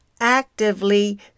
actively